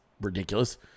Ridiculous